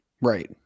Right